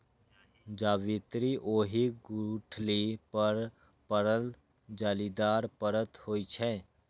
जावित्री ओहि गुठली पर पड़ल जालीदार परत होइ छै